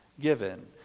given